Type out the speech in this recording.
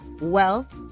wealth